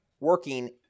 working